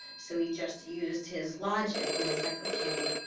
so, he just used his logic, and he's like, okay.